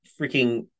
freaking